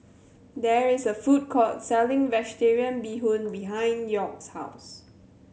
there is a food court selling Vegetarian Bee Hoon behind York's house